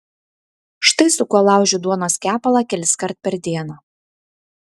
štai su kuo laužiu duonos kepalą keliskart per dieną